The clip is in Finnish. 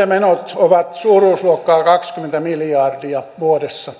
menot ovat suuruusluokkaa kaksikymmentä miljardia vuodessa